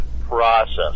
process